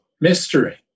mystery